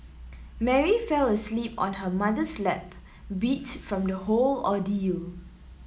Mary fell asleep on her mother's lap beat from the whole ordeal